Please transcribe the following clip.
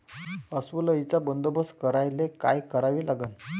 अस्वल अळीचा बंदोबस्त करायले काय करावे लागन?